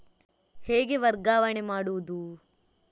ಹೇಗೆ ವರ್ಗಾವಣೆ ಮಾಡುದು?